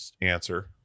answer